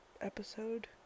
episode